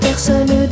Personne